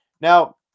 Now